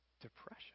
depression